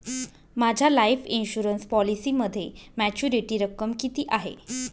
माझ्या life insurance पॉलिसीमध्ये maturity रक्कम किती आहे?